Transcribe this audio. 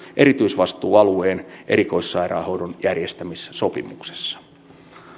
erityisvastuualueen erikoissairaanhoidon järjestämissopimuksessa